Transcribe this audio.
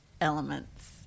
elements